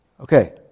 okay